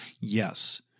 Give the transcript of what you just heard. yes